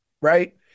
right